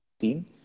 seen